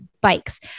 bikes